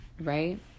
right